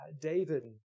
David